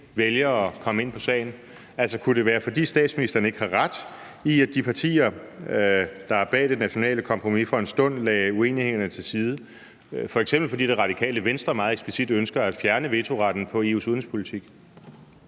vælger at komme ind på sagen? Kunne det være, fordi statsministeren ikke har ret i, at de partier, der er bag det nationale kompromis, for en stund lagde uenighederne til side, f.eks. fordi Radikale Venstre meget eksplicit ønsker at fjerne vetoretten på EU's udenrigspolitik?